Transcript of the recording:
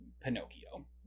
pinocchio